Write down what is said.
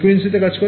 ২৪ gigahertz